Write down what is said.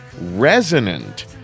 Resonant